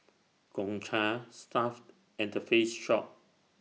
Gongcha Stuff'd and The Face Shop